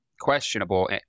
questionable